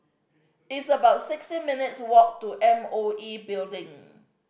it's about sixteen minutes' walk to M O E Building